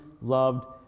loved